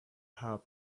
have